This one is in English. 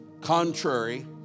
contrary